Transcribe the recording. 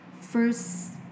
First